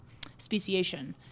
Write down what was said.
Speciation